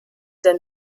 der